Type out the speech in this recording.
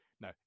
No